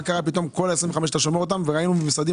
מה קרה שפתאום אתה שומר כל ה-25?